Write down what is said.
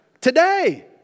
Today